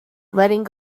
letting